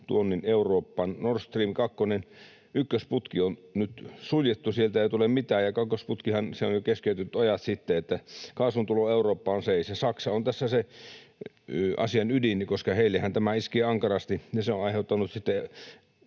tuonnin Eurooppaan. Nord Stream ‑ykkösputki on nyt suljettu, sieltä ei tule mitään, ja kakkosputkihan on jo keskeytetty ajat sitten, niin että kaasun tulo Eurooppaan on seis. Saksa on tässä se asian ydin, koska heillehän tämä iskee ankarasti, ja se on aiheuttanut sitten